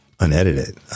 unedited